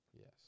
Yes